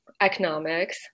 economics